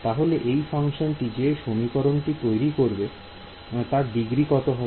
তাহলে এই ফাংশনটি যে সমীকরণটি তৈরি করবে তার ডিগ্রী কত হবে